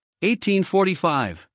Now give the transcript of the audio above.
1845